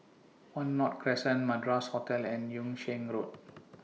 one North Crescent Madras Hotel and Yung Sheng Road